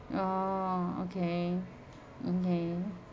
oh okay okay